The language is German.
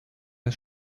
der